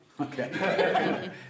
Okay